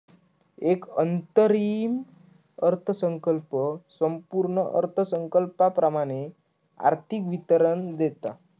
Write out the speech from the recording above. एक अंतरिम अर्थसंकल्प संपूर्ण अर्थसंकल्पाप्रमाण आर्थिक विवरण देता